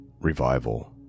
revival